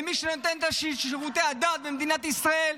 למי שנותן את שירותי הדת במדינת ישראל.